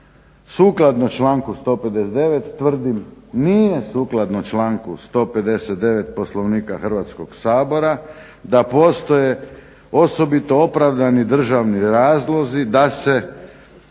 sukladno članku 159., tvrdim nije sukladno članku 159. Poslovnika Hrvatskog sabora, da postoje osobito opravdani državni razlozi da se